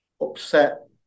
upset